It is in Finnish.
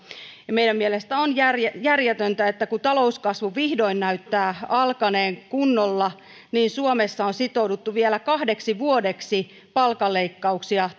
meidän mielestämme on järjetöntä järjetöntä että kun talouskasvu vihdoin näyttää alkaneen kunnolla niin suomessa on sitouduttu vielä kahdeksi vuodeksi palkanleikkauksia